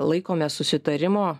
laikomės susitarimo